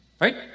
right